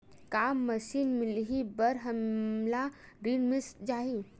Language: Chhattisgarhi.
का मशीन मिलही बर हमला ऋण मिल जाही?